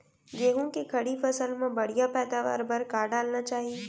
गेहूँ के खड़ी फसल मा बढ़िया पैदावार बर का डालना चाही?